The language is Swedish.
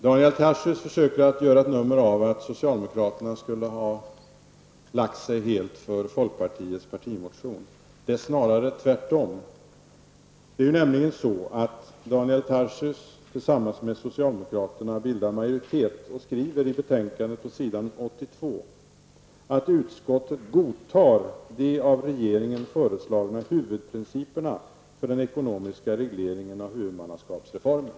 Daniel Tarschys försöker göra ett nummer av att socialdemokraterna har lagt sig helt för folkpartiets partimotion. Det är snarare tvärtom. Det är nämligen så, att Daniel Tarschys tillsammans med socialdemokraterna bildar majoritet i utskottet. ''-- att utskottet godtar de av regeringen föreslagna huvudprinciperna för den ekonomiska regleringen av huvudmannaskapsreformen''.